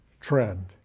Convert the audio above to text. trend